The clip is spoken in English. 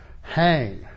hang